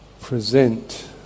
present